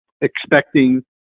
expecting